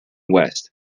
west